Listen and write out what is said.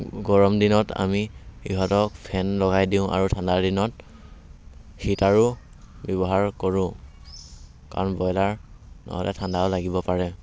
গৰম দিনত আমি ইহঁতক ফেন লগাই দিওঁ আৰু ঠাণ্ডাৰ দিনত হিটাৰো ব্যৱহাৰ কৰোঁ কাৰণ ব্ৰয়লাৰ নহ'লে ঠাণ্ডাও লাগিব পাৰে